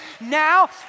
Now